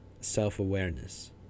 self-awareness